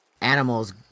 Animals